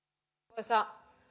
arvoisa